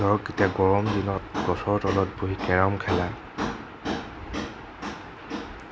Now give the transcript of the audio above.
ধৰক এতিয়া গৰম দিনত গছৰ তলত বহি কেৰম খেলা